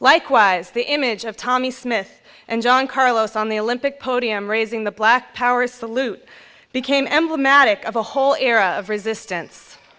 likewise the image of tommie smith and john carlos on the olympic podium raising the black power salute became emblematic of a whole era of resistance